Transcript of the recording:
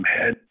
head